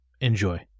Enjoy